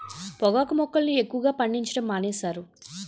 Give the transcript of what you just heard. పొగాకు మొక్కలను ఎక్కువగా పండించడం మానేశారు